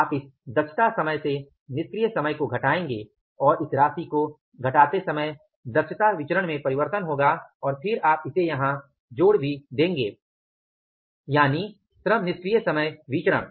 आप इस दक्षता समय से निष्क्रिय समय को घटाएंगे और इस राशि को घटाते समय दक्षता विचरण में परिवर्तन होगा और फिर आप इसे यहां जोड़ भी देंगे यानी श्रम निष्क्रिय समय विचरण